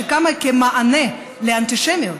שקמה כמענה לאנטישמיות,